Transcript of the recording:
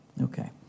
Okay